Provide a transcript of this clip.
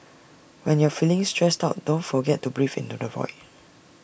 when you are feeling stressed out don't forget to breathe into the void